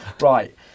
Right